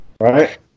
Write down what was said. right